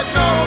no